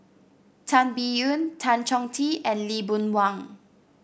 Tan Biyun Tan Chong Tee and Lee Boon Wang